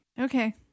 Okay